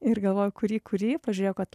ir galvoju kurį kurį pažiūrėjau kad